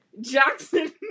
Jackson